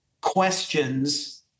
questions